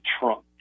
Trump